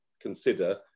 consider